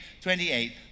28